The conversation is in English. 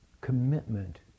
commitment